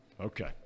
Okay